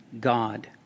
God